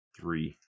Three